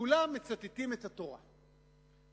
כולם מצטטים את התורה,